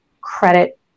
credit